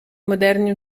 moderni